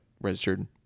registered